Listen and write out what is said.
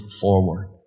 forward